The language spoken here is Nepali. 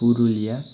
पुरुलिया